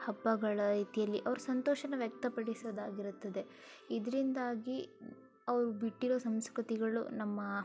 ಹಬ್ಬಗಳ ರೀತಿಯಲ್ಲಿ ಅವರು ಸಂತೋಷನ ವ್ಯಕ್ತಪಡಿಸುವುದಾಗಿರುತ್ತದೆ ಇದರಿಂದಾಗಿ ಅವರು ಬಿಟ್ಟಿರೋ ಸಂಸ್ಕೃತಿಗಳು ನಮ್ಮ